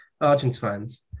Argentines